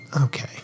Okay